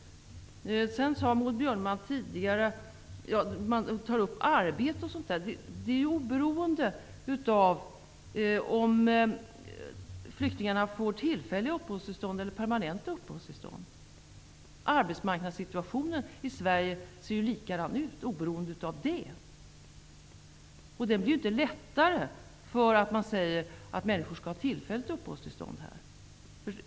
Flyktingarnas arbetsmöjlighter är oberoende av om flyktingarna har tillfälligt eller permanent uppehållstillstånd. Arbetsmarknadssituationen i Sverige ser likadan ut. Den blir inte bättre av att man säger att flyktingar skall ha tillfälligt uppehållstillstånd.